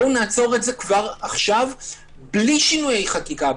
בואו נעצור את זה כבר עכשיו בלי שינויים חקיקה,